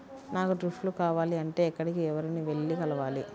నాకు డ్రిప్లు కావాలి అంటే ఎక్కడికి, ఎవరిని వెళ్లి కలవాలి?